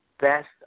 best